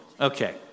Okay